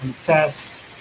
test